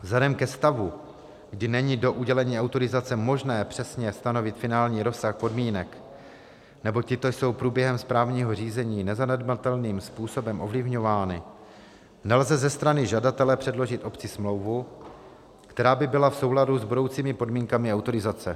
Vzhledem ke stavu, kdy není do udělení autorizace možné přesně stanovit finální rozsah podmínek, neboť tyto jsou průběhem správního řízení nezanedbatelným způsobem ovlivňovány, nelze ze strany žadatele předložit obci smlouvu, která by byla v souladu s budoucími podmínkami autorizace.